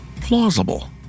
plausible